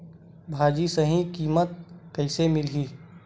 भाजी सही कीमत कइसे मिलही?